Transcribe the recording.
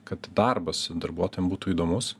kad darbas darbuotojam būtų įdomus